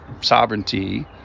sovereignty